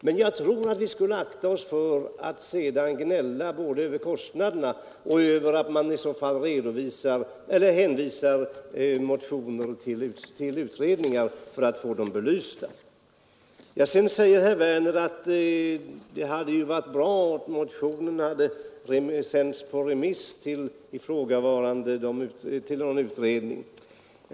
Men jag tror att vi skulle akta oss för att gnälla både över kostnaderna och över att man hänvisar motioner till utredningar för att få dem belysta. Sedan säger herr Werner att det hade varit bra om motionen sänts på remiss till någon utredning.